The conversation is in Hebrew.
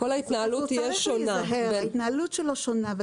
ההתנהלות שלו שונה,